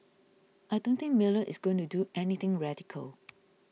I don't think Mueller is going to do anything radical